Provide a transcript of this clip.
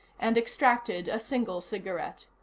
and extracted a single cigarette.